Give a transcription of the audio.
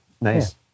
Nice